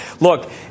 Look